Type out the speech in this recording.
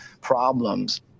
problems